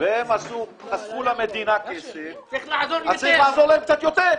והם חסכו למדינה כסף, צריך לעזור להם קצת יותר.